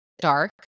dark